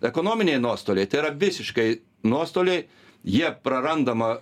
ekonominiai nuostoliai tai yra visiškai nuostoliai jie prarandama